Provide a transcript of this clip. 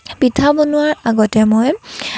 পিঠা বনোৱাৰ আগতে মই